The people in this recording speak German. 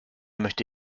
möchte